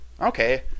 Okay